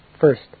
first